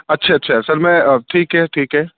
اچھا اچھا سر میں آ ٹھیک ہے ٹھیک ہے